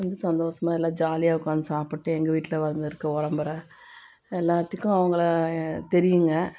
வந்து சந்தோஷமா எல்லாம் ஜாலியாக உட்காந்து சாப்பிட்டு எங்கள் வீட்டில் வளர்ந்துருக்க உரம்பரை எல்லாத்துக்கும் அவங்கள தெரியுங்க